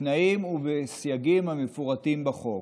בתנאים ובסייגים המפורטים בחוק.